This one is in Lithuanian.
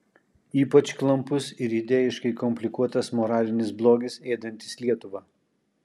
ypač klampus ir idėjiškai komplikuotas moralinis blogis ėdantis lietuvą